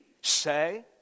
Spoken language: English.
say